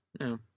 No